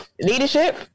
leadership